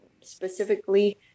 specifically